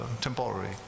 temporary